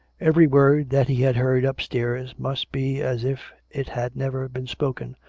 every word that he had heard upstairs must be as if it had never been spoken,